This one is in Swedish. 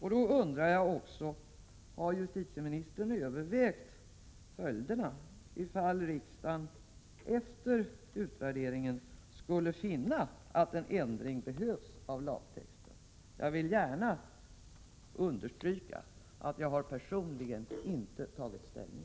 Jag undrar också: Har justitieministern övervägt följderna, ifall riksdagen efter en utvärdering skulle finna att en ändring av lagtexten behövs? Jag vill gärna understryka att jag personligen inte har tagit ställning.